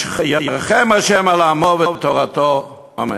ירחם השם על עמו ותורתו אמן.